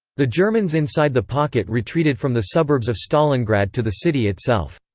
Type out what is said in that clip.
the germans inside the pocket retreated from the suburbs of stalingrad to the city itself.